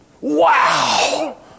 Wow